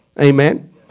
Amen